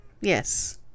Yes